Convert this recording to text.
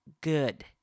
good